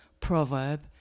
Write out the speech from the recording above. proverb